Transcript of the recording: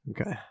Okay